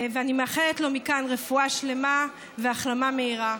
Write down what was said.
ואני מאחלת לו מכאן רפואה שלמה והחלמה מהירה,